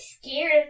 scared